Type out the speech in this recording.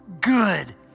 good